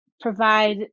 provide